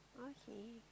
okay